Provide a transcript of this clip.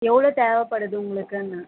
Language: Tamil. எவ்வளோ தேவைப்படுது உங்களுக்குன்னேன்